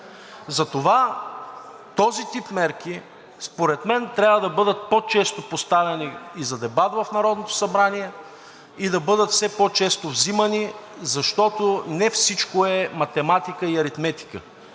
Затова този тип мерки според мен трябва да бъдат по-често поставяни и за дебат в Народното събрание и да бъдат все по-често взимани, защото не всичко е математика и аритметика.